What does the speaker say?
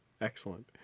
Excellent